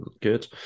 good